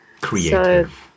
Creative